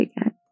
again